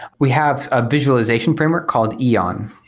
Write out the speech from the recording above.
we have a visualization framework called eon,